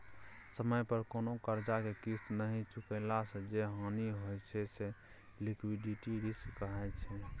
समय पर कोनो करजा केँ किस्त नहि चुकेला सँ जे हानि होइ छै से लिक्विडिटी रिस्क कहाइ छै